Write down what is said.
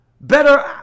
better